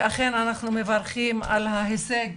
ולכן אנחנו מברכים על ההישג,